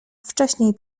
wcześniej